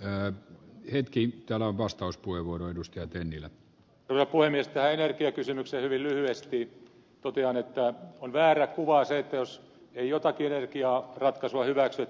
me hetkiin täällä vastauspuheenvuoro edusti tähän energiakysymykseen hyvin lyhyesti totean että on väärä kuva se että jos ei jotakin energiaratkaisua hyväksy